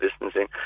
distancing